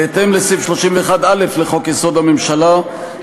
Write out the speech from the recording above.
בהתאם לסעיף 31(א) לחוק-יסוד: הממשלה,